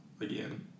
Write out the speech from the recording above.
again